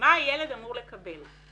מה ילד אמור לקבל.